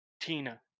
Tina